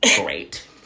great